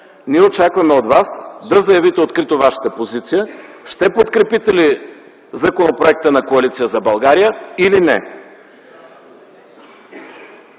Ние очакваме от Вас да заявите открито Вашата позиция - ще подкрепите ли законопроекта на Коалиция за България или не?